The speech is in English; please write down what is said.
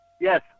Yes